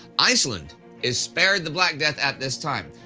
iceland is spared the black death at this time,